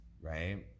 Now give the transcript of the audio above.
right